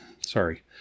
Sorry